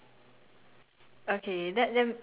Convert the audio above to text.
orh okay okay ya